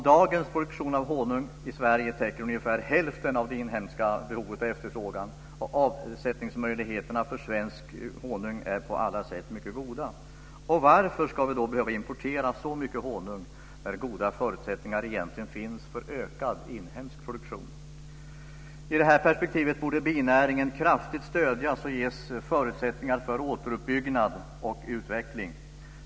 Dagens produktion av honung i Sverige täcker ungefär hälften av det inhemska behovet och efterfrågan. Avsättningsmöjligheterna för svensk honung är på alla sätt mycket goda. Varför ska vi behöva importera så mycket honung när goda förutsättningar egentligen finns för ökad inhemsk produktion? I detta perspektiv borde binäringen kraftigt stödjas och ges förutsättningar för återuppbyggnad och utveckling.